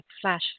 flash